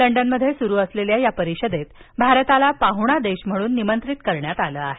लंडनमध्ये सुरू असलेल्या या परिषदेत भारताला पाहुणा देश म्हणून निमंत्रित करण्यात आलं आहे